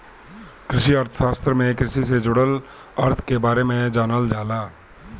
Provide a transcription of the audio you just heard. कृषि अर्थशास्त्र में कृषि से जुड़ल अर्थ के बारे में जानल जाला